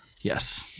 Yes